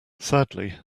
sadly